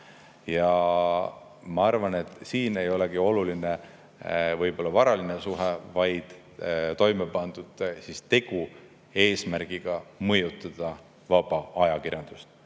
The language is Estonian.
Ma arvan, et siin ei olegi oluline võib-olla varaline suhe, vaid toime pandud teo eesmärk oli mõjutada vaba ajakirjandust.